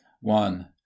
One